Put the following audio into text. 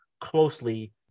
closely